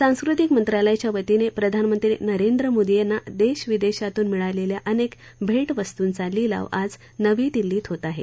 सांस्कृतिक मंत्रालयाच्या वतीने प्रधानमंत्री नरेंद्र मोदी यांना देशविदेशातून मिळालेल्या अनेक भेट वस्तूंचा लिलाव आज नवी दिल्लीत होत आहे